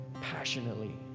passionately